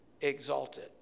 exalted